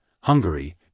Hungary